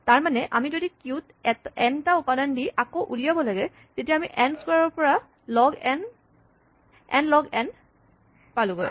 তাৰমানে আমি যদি কিউত এন টা উপাদান দি আকৌ উলিয়াব লাগে তেতিয়া আমি এন ক্সোৱাৰৰ পৰা এন লগ এন পালোগৈ